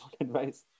advice